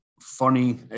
funny